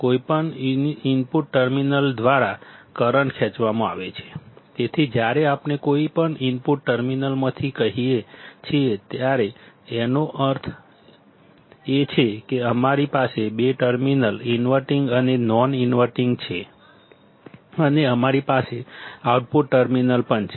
કોઈપણ input terminals દ્વારા current ખેંચવામાં આવે છે તેથી જ્યારે આપણે કોઈપણ ઇનપુટ ટર્મિનલ્સમાંથી કહીએ છીએ ત્યારે તેનો અર્થ એ છે કે અમારી પાસે બે ટર્મિનલ ઇનવર્ટીંગ ટર્મિનલ અને નોન ઇન્વર્ટીંગ ટર્મિનલ છે અને અમારી પાસે આઉટપુટ ટર્મિનલ પણ છે